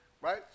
right